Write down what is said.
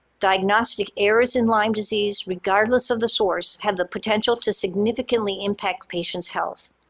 diagnostic errors in lyme disease, regardless of the source had the potential to significantly impact patient's health.